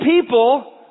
people